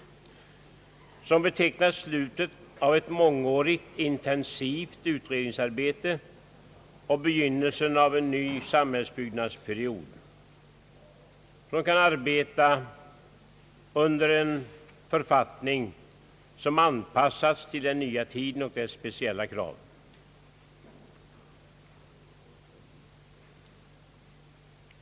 Det betecknar slutet av ett mångårigt intensivt utredningsarbete och begynnelsen av en ny samhällsbyggnadsperiod, då man kan arbeta under en författning som anpassats till den nya tiden och dess speciella krav.